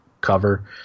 cover